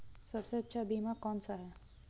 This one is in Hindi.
सबसे अच्छा बीमा कौनसा है?